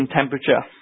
temperature